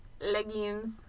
Legumes